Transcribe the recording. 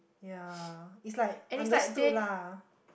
ya it's like understood lah